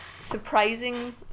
surprising